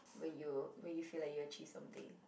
when you when you feel like you achieved something